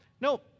no